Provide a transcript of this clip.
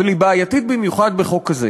אבל היא בעייתית במיוחד בחוק הזה.